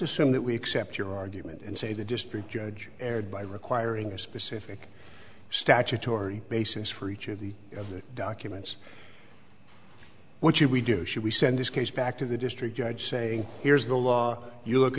assume that we accept your argument and say the district judge erred by requiring a specific statutory basis for each of the documents what should we do should we send this case back to the district judge saying here's the law you look